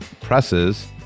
presses